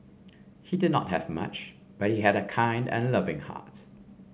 he did not have much but he had a kind and loving heart